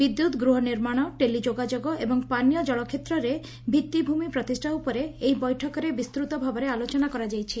ବିଦ୍ଯୁତ୍ ଗୂହ ନିର୍ମାଣ ଟେଲି ଯୋଗାଯୋଗ ଏବଂ ପାନିୟ ଜଳ କ୍ଷେତ୍ରରେ ଭିଭିଭିମି ପ୍ରତିଷ୍ଠା ଉପରେ ଏହି ବୈଠକରେ ବିସ୍ତୃତ ଭାବରେ ଆଲୋଚନା କରାଯାଇଛି